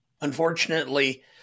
Unfortunately